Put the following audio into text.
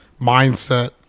mindset